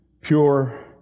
pure